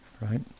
Right